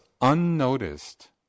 unnoticed